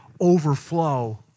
overflow